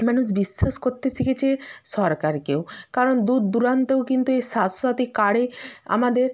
মানুষ বিশ্বাস করতে শিখেছে সরকারকেও কারণ দূরদূরান্তেও কিন্তু এই স্বাস্থ্যসাথী কার্ডে আমাদের